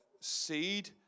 seed